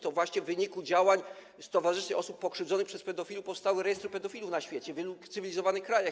To właśnie w wyniku działań stowarzyszeń osób pokrzywdzonych przez pedofilów powstały rejestry pedofilów na świecie, w wielu cywilizowanych krajach.